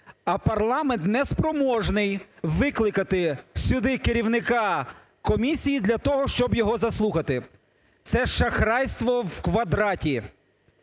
А парламент не спроможний викликати сюди керівника комісії для того, щоб його заслухати. Це шахрайство в квадраті!